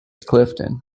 clifton